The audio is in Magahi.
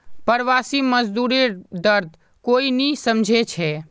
प्रवासी मजदूरेर दर्द कोई नी समझे छे